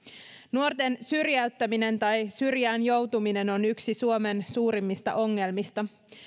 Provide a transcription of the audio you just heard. nuorten syrjäyttäminen tai syrjään joutuminen on yksi suomen suurimmista ongelmista